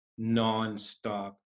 nonstop